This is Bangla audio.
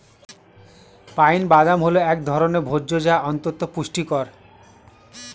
পাইন বাদাম হল এক ধরনের ভোজ্য যা অত্যন্ত পুষ্টিকর